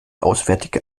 auswärtige